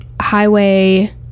highway